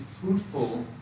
fruitful